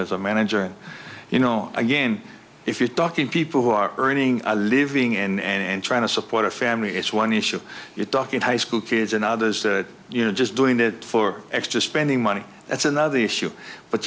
as a manager and you know again if you're talking people who are earning a living and trying to support a family it's one issue you talk in high school kids and others that you're just doing it for extra spending money that's another issue but